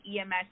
EMS